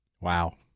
Wow